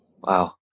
Wow